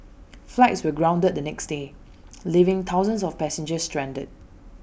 flights were grounded the next day leaving thousands of passengers stranded